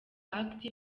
active